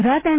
Gujarat N